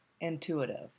intuitive